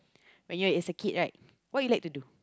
when you're as a kid right what you like to do